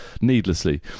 needlessly